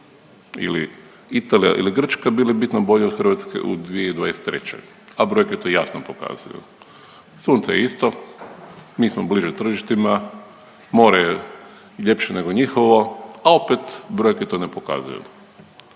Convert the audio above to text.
ili Italija ili Grčka bili bitno bolji od Hrvatske u 2023., a brojke to jasno pokazuju? Sunce je isto, mi smo bliže tržištima, more je ljepše nego njihovo, a opet brojke to ne pokazuju.